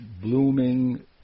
blooming